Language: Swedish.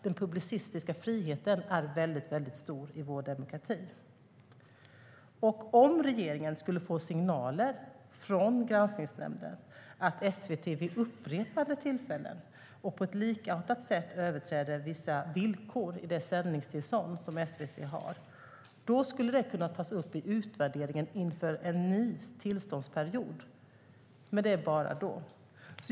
Den publicistiska friheten är mycket stor i vår demokrati. Om regeringen skulle få signaler från Granskningsnämnden om att SVT vid upprepade tillfällen och på ett likartat sätt har överträtt vissa villkor i det sändningstillstånd som SVT har skulle det kunna tas upp i utvärderingen inför en ny tillståndsperiod. Men det är bara då.